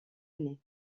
année